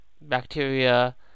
bacteria